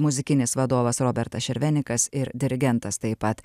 muzikinis vadovas robertas šervenikas ir dirigentas taip pat